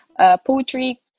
poetry